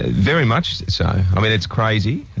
ah very much so. i mean, it's crazy,